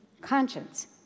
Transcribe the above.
conscience